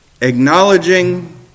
acknowledging